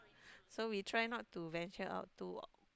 so we try not to venture out too